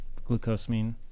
glucosamine